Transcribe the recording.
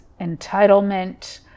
entitlement